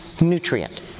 nutrient